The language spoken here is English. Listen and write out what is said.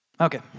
Okay